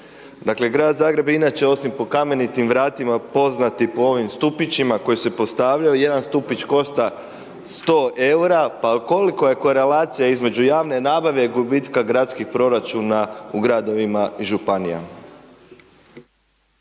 Dakle, Grad Zagreb je inače po Kamenitim vratima, poznat i po ovim stupićima koji se postavljaju, jedan stupić košta 100 eura, pa koliko je korelacija između javne nabave i gubitka gradskih proračuna u gradovima i županija?